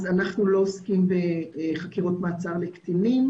ואנחנו לא עוסקים בחקירות מעצר לקטינים.